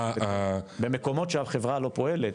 במקומות שהחברה לא פועלת,